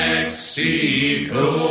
Mexico